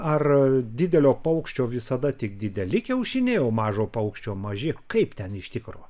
ar didelio paukščio visada tik dideli kiaušiniai o mažo paukščio maži kaip ten iš tikro